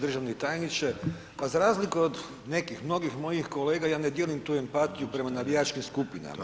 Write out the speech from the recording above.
Državni tajniče pa za razliku od nekih mnogih mojih kolega ja ne dijelim tu empatiju prema navijačkim skupinama.